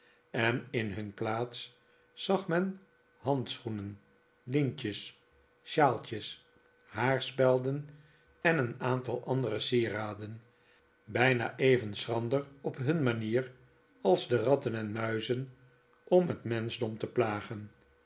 en in hun plaats zag men handschoenen lintjes shawltjes haarspelden en een aantal andere sieraden bijna even schrander op hun manier als de ratten en muizen om het menschdom te plagen